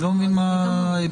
אני לא מבין מה הטיעון.